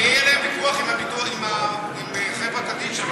ויהיה להם ויכוח עם חברה קדישא,